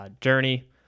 journey